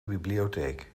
bibliotheek